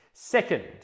Second